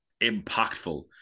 impactful